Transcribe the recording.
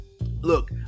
Look